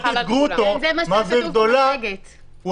דיברתי עם פרופסור גרוטו ושאלתי מה זאת עיר גדולה.